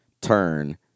turn